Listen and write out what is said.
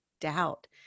doubt